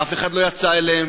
אף אחד לא יצא אליהם,